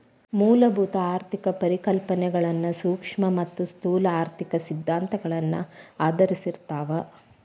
ಮೂಲಭೂತ ಆರ್ಥಿಕ ಪರಿಕಲ್ಪನೆಗಳ ಸೂಕ್ಷ್ಮ ಮತ್ತ ಸ್ಥೂಲ ಆರ್ಥಿಕ ಸಿದ್ಧಾಂತಗಳನ್ನ ಆಧರಿಸಿರ್ತಾವ